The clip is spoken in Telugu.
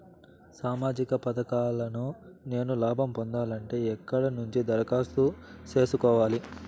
సామాజిక పథకాలను నేను లాభం పొందాలంటే ఎక్కడ నుంచి దరఖాస్తు సేసుకోవాలి?